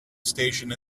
station